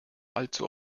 allzu